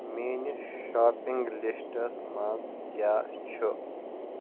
میٲنِس shopping lists منٛز کیاہ چھُ